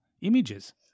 images